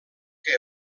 que